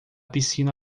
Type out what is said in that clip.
piscina